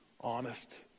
honest